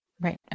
Right